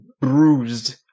bruised